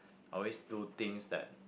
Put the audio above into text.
I always do things that